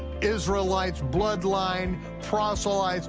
israelites, bloodline, proselytes,